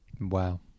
Wow